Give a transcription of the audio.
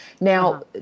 Now